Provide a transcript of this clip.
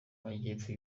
majyepfo